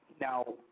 Now